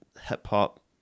hip-hop